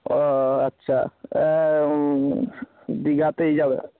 ও আচ্ছা দীঘাতেই যাবে